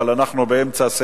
אבל אנחנו באמצע סדר-היום.